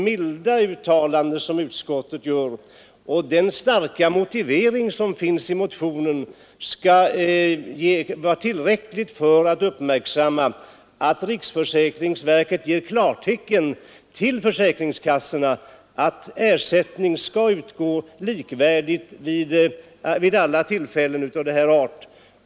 — milda uttalande som utskottet gör och den starka motivering som finns i motionen är tillräckligt för att riksförsäkringsverket skall ge klartecken till försäkringskassorna att ersättning skall utgå likvärdigt vid alla tillfällen av denna art.